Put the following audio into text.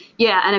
yeah and